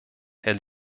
herr